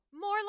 More